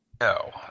No